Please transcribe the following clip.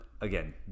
again